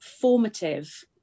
formative